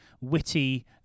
witty